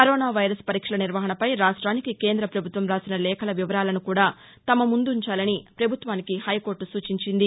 corona virus పరీక్షల నిర్వహణపై రాష్ట్రానికి కేంద్ర ప్రభుత్వం రాసిన లేఖల వివరాలను కూడా తమ ముందు ఉంచాలని ప్రపభుత్వానికి హైకోర్టు సూచించింది